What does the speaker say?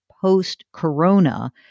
post-corona